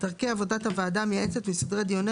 דרכי עבודת הוועדה המייעצת וסדרי דיוניה